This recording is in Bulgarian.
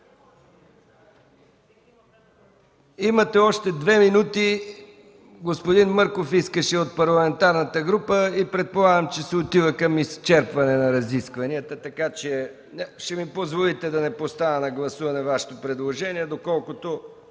Имате още две минути. Господин Мърков искаше думата. Предполагам, че се отива към изчерпване на разискванията. Така че ще ми позволите да не поставя на гласуване Вашето предложение, тъй като